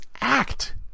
act